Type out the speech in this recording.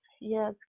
Yes